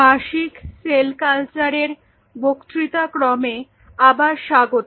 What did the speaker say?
বার্ষিক সেল কালচারের বক্তৃতা ক্রমে আবার স্বাগত